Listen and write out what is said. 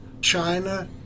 China